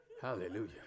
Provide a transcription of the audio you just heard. Hallelujah